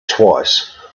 twice